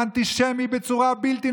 הממשלה?